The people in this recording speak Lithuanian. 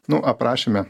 nu aprašyme